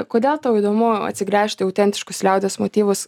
kodėl tau įdomu atsigręžti į autentiškus liaudies motyvus